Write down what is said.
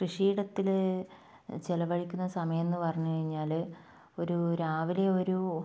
കൃഷിയിടത്തിൽ ചിലവഴിക്കുന്ന സമയമെന്ന് പറഞ്ഞുകഴിഞ്ഞാൽ ഒരു രാവിലെ ഒരു